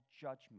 judgment